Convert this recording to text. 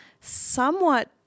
somewhat